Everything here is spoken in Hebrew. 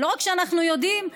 לא רק שאנחנו יודעים,